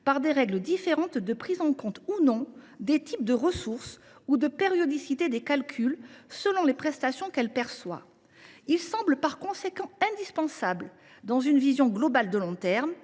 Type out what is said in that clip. par des règles différentes de prise en compte des types de ressources, ou de périodicité des calculs, selon les prestations qu’elle perçoit. Il semble par conséquent indispensable, pour s’inscrire dans une vision globale, de long terme,